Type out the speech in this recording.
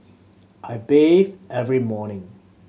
I bathe every morning